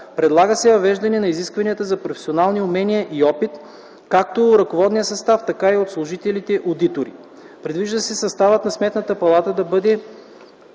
Предлага се въвеждане на изисквания за професионални умения и опит както у ръководния състав, така и от служителите одитори. Предвижда се съставът на Сметната палата да бъде